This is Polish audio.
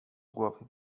głowy